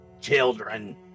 Children